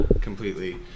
completely